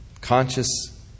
conscious